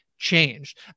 changed